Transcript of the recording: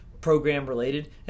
program-related